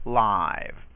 live